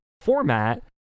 format